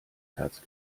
herz